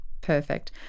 Perfect